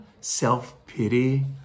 self-pity